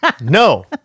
No